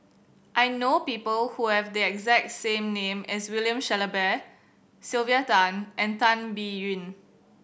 I know people who have the exact same name as William Shellabear Sylvia Tan and Tan Biyun